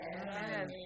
Amen